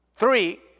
Three